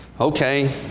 Okay